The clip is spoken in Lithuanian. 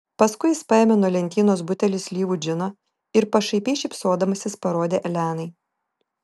paskui jis paėmė nuo lentynos butelį slyvų džino ir pašaipiai šypsodamasis parodė elenai